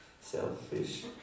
selfish